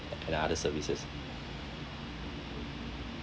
and other services